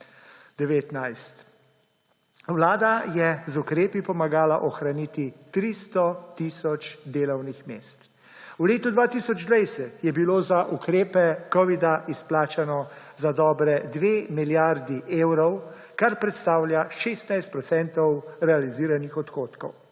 Vlada je z ukrepi pomagala ohraniti 300 tisoč delovnih mest. V letu 2020 je bilo za ukrepe covida izplačano za dobri 2 milijardi evrov, kar predstavlja 16 % realiziranih odhodkov.